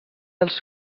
dels